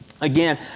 again